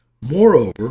Moreover